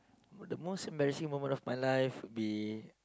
the most embarrassing moment of my life would be